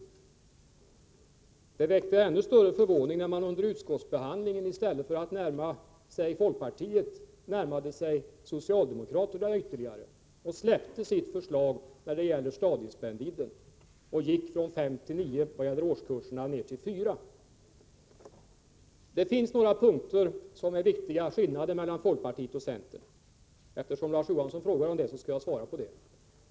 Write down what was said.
Men det väckte ännu större förvåning att man under utskottsbehandlingen i stället för att närma sig folkpartiet närmade sig socialdemokraterna ytterligare och gick ifrån sitt förslag om stadiespännvidden. Man gick från fem till nio vad gäller årskurserna ned till fyran. På några punkter finns det viktiga skillnader mellan folkpartiet och centern. Eftersom Larz Johansson frågar om den saken, skall jag svara.